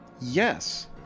yes